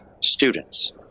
students